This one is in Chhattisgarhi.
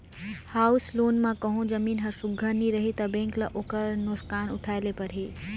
हाउस लोन म कहों जमीन हर सुग्घर नी रही ता बेंक ल ओकर नोसकान उठाए ले परही